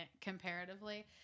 comparatively